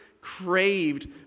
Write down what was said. craved